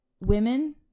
Women